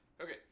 okay